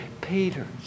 Peter